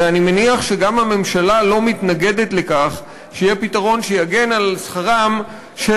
הרי אני מניח שגם הממשלה לא מתנגדת לכך שיהיה פתרון שיגן על שכרם של